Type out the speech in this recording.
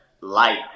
light